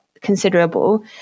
considerable